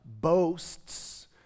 boasts